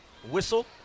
Whistle